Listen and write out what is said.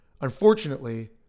Unfortunately